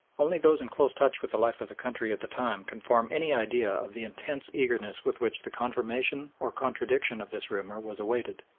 only those in close touch with the life of the country at the time can form any idea of the intense eagerness with which the confirmation or contradiction of this rumour was awaited.